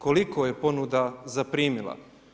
Koliko je ponuda zaprimila?